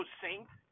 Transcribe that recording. saint